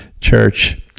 Church